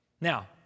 Now